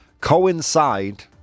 coincide